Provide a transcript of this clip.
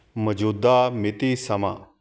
ਮੌਜੂਦਾ ਮਿਤੀ ਸਮਾਂ